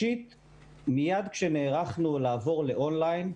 מיד כאשר נערכנו לעבור לאון ליין,